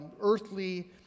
earthly